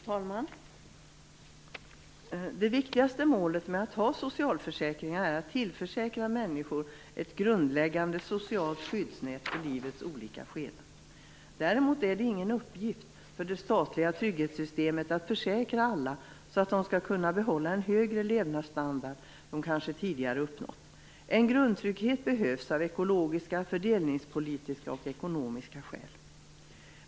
Fru talman! Det viktigaste målet med att ha socialförsäkringar är att tillförsäkra människor ett grundläggande socialt skyddsnät i livets olika skeden. Däremot är det ingen uppgift för det statliga trygghetssystemet att försäkra alla, så att de skall kunna behålla en högre levnadsstandard de kanske tidigare uppnått. En grundtrygghet behövs av ekologiska, fördelningspolitiska och ekonomiska skäl.